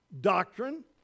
doctrine